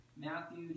Matthew